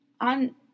on